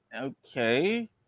Okay